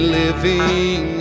living